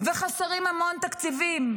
וחסרים המון תקציבים.